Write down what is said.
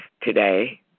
today